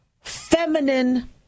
feminine